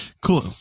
Cool